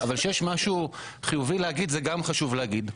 אבל כשיש משהו חיובי להגיד זה גם חשוב להגיד אותו.